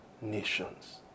nations